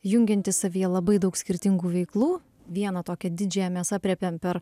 jungiantis savyje labai daug skirtingų veiklų vieną tokią didžiąją mes aprėpėm per